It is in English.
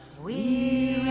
we